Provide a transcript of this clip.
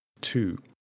two